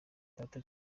data